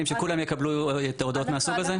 ושכולם יקבלו את ההודעות מהסוג הזה?